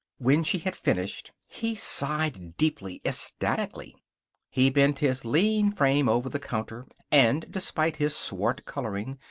when she had finished he sighed deeply, ecstatically. he bent his lean frame over the counter and, despite his swart coloring,